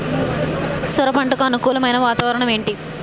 సొర పంటకు అనుకూలమైన వాతావరణం ఏంటి?